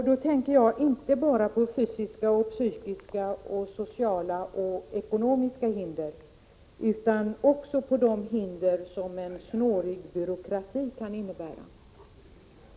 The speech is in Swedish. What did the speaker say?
Jag tänker då inte bara på fysiska, psykiska, sociala och ekonomiska hinder utan också på de hinder som en snårig byråkrati kan ställa upp.